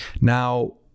Now